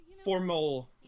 formal